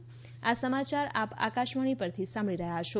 corona appeal આ સમાચાર આપ આકાશવાણી પરથી સાંભળી રહ્યા છો